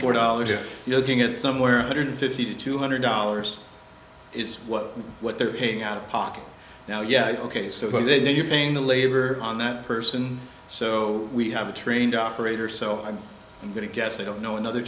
four dollars if you're looking at somewhere hundred fifty to two hundred dollars is what what they're paying out of pocket now yeah ok so then you're paying the labor on that person so we have a trained operator so i'm i'm going to guess i don't know another